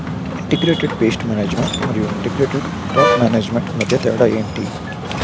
integrated pest management మరియు integrated crop management మధ్య తేడా ఏంటి